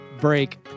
break